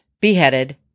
beheaded